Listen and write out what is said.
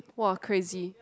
!wah! crazy